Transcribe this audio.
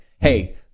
Hey